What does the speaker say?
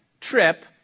trip